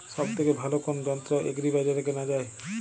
সব থেকে ভালো কোনো যন্ত্র এগ্রি বাজারে কেনা যায়?